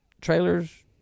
trailers